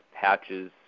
patches